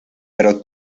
pero